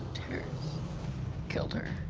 terrence killed her.